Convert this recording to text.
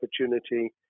opportunity